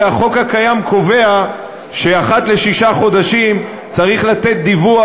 הרי החוק הקיים קובע שאחת לשישה חודשים צריך לתת דיווח